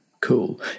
cool